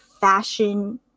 fashion